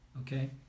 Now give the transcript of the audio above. Okay